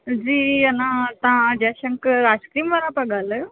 जी अन तव्हां जयशंकर आइस्क्रीम वारा पिया ॻाल्हायो